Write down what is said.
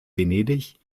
venedig